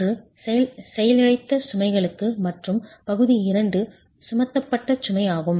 ஒன்று செயலிழைத்த சுமைகளுக்கு மற்றும் பகுதி 2 சுமத்தப்பட்ட சுமை ஆகும்